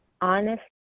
honest